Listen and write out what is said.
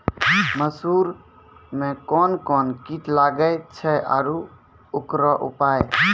मसूर मे कोन कोन कीट लागेय छैय आरु उकरो उपाय?